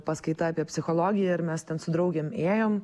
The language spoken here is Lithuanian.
paskaita apie psichologiją ir mes ten su draugėm ėjom